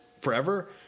forever